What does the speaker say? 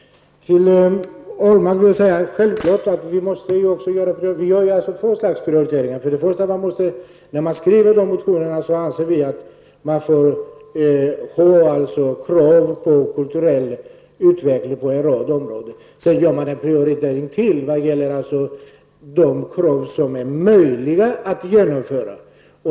Till Lars Ahlmark vill jag säga att vi gör två slags prioriteringar. När man skriver motionerna anser vi att man får ha krav på kulturell utveckling på en rad områden. Sedan gör man en prioritering till vad gäller de krav som är möjliga att genomföra.